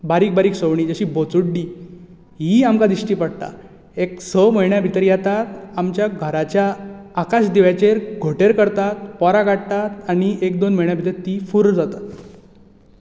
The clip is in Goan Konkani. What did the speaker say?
बारीक बारीक सवणी तशीं बोच्चुड्डीं हीय आमकां दिश्टी पडटा एक स म्हयन्या भितर येतात आमच्या घराच्या आकाश दिव्याचेर घोटेर करतात पोरां काडटात आनी एक तोन म्हयन्या भितर तीं फूर्र जातात